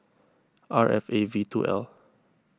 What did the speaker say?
R F A V two L